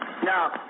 Now